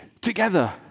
together